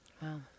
Wow